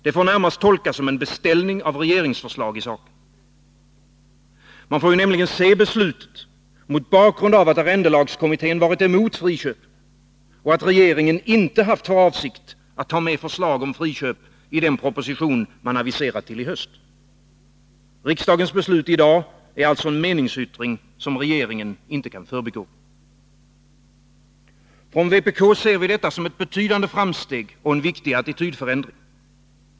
Det får närmast tolkas som en beställning av regeringsförslag i saken. Man får nämligen se beslutet mot bakgrund av att arrendelagskommittén har varit emot friköp och att regeringen inte haft för avsikt att ta med förslag om friköp i den proposition som man aviserat till i höst. Riksdagens beslut i dag är alltså en meningsyttring, som regeringen inte kan förbigå. Från vpk ser vi detta som ett betydande framsteg och en viktig attitydförändring.